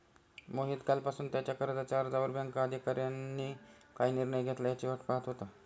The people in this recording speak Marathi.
मोहित कालपासून त्याच्या कर्जाच्या अर्जावर बँक अधिकाऱ्यांनी काय निर्णय घेतला याची वाट पाहत होता